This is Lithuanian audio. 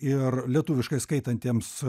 ir lietuviškai skaitantiems